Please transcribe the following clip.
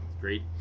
Great